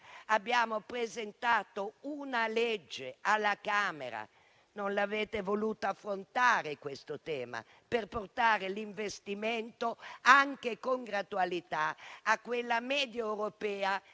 abbiamo presentato una proposta di legge alla Camera, ma non avete voluto affrontare questo tema per portare l'investimento, anche con gradualità, a quella media europea